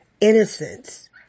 Innocence